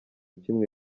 kimwe